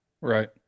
Right